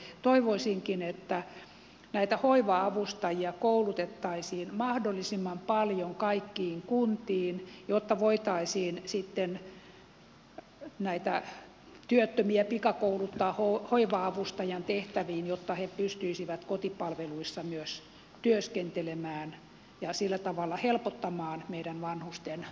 toivoisinkin että näitä hoiva avustajia koulutettaisiin mahdollisimman paljon kaikkiin kuntiin että voitaisiin sitten näitä työttömiä pikakouluttaa hoiva avustajan tehtäviin jotta he pystyisivät kotipalveluissa myös työskentelemään ja sillä tavalla helpottamaan meidän vanhusten elämää